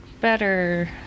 better